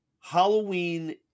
Halloween